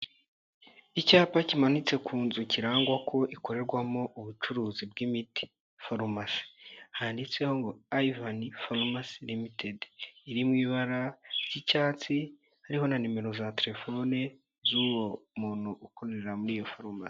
Icyapa kimanitse ku nzu kirangwa ko ikorerwamo ubucuruzi bw'imiti, farumasi, handitseho ngo Ayivani, farumsi LTD, iri mu ibara ry'icyatsi, hari na nimero za telefone z'uwo muntu ukorera muri iyo forumasi